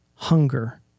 hunger